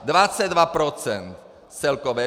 Dvacet dva procent celkově.